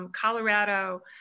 Colorado